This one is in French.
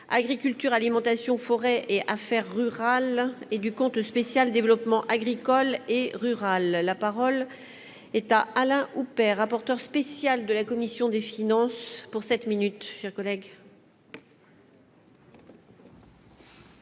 Agriculture alimentation forêt et affaires rurales et du compte spécial Développement agricole et rural, la parole est à Alain Houpert, rapporteur spécial de la commission des finances pour 7 minutes